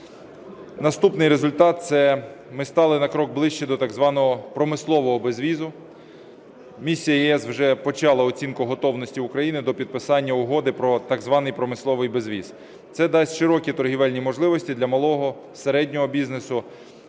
Наступний результат. Це ми стали на крок ближче до так званого "промислового безвізу". Місія ЄС вже почала оцінку готовності України до підписання Угоди про так званий "промисловий безвіз". Це дасть широкі торгівельні можливості для малого, середнього бізнесу,